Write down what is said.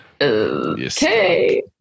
Okay